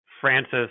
Francis